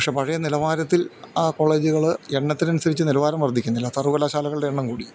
പക്ഷേ പഴയ നിലവാരത്തിൽ ആ കോളേജുകൾ എണ്ണത്തിന് അനുസരിച്ച് നിലവാരം വർദ്ധിക്കുന്നില്ല സർവകലാശാലകളുടെ എണ്ണം കൂടി